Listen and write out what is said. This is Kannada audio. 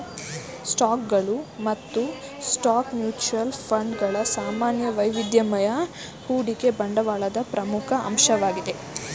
ಸ್ಟಾಕ್ಗಳು ಮತ್ತು ಸ್ಟಾಕ್ ಮ್ಯೂಚುಯಲ್ ಫಂಡ್ ಗಳ ಸಾಮಾನ್ಯ ವೈವಿಧ್ಯಮಯ ಹೂಡಿಕೆ ಬಂಡವಾಳದ ಪ್ರಮುಖ ಅಂಶವಾಗಿದೆ